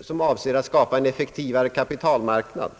som avser att skapa en effektivare kapitalmarknad.